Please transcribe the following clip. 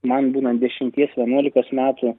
man būnant dešimties vienuolikos metų